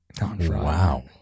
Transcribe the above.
Wow